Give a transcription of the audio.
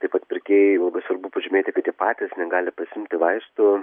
taip pat prkėjai svarbu pažymėti kad jie patys negali pasiimti vaistų